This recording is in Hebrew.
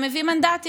זה מביא מנדטים.